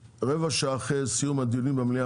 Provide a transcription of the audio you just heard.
יחד עם זה אני גם אוהב את המדינה, ובמצב